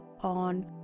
on